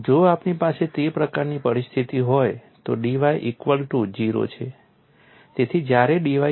જો આપણી પાસે તે પ્રકારની પરિસ્થિતિ હોય તો dy ઇક્વલ ટુ 0 છે